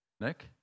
Nick